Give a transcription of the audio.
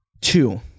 Two